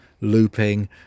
looping